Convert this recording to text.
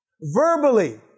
Verbally